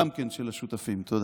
גם כן של השותפים, תודה.